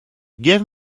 give